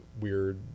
weird